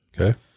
Okay